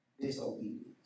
disobedience